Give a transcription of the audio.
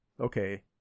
Okay